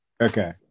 Okay